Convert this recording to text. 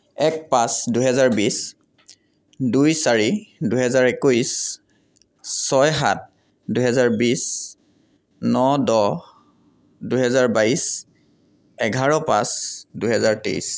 এক পাঁচ দুহেজাৰ বিছ দুই চাৰি দুহেজাৰ একৈছ ছয় সাত দুহেজাৰ বিছ ন দহ দুহেজাৰ বাইছ এঘাৰ পাঁচ দুহেজাৰ তেইছ